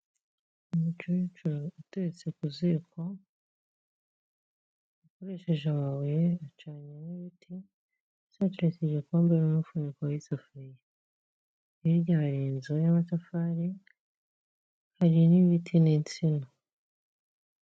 Umukecuru utetse ku ziko akoresheje amabuye yacanyemo ibiti, hasi hateretse igikombe n'umufuniko w'isafuriya. Hirya hari inzu y'amatafari, hari n' ibiti n'insina.